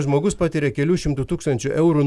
žmogus patiria kelių šimtų tūkstančių eurų